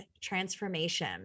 transformation